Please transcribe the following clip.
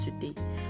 today